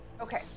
Okay